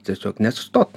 tiesiog nesustot